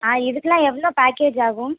ஆ இதுக்கெலாம் எவ்வளோ பேக்கேஜ் ஆகும்